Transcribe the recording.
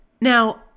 Now